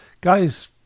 guys